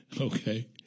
Okay